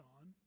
on